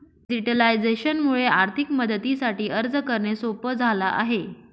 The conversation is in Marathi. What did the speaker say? डिजिटलायझेशन मुळे आर्थिक मदतीसाठी अर्ज करणे सोप झाला आहे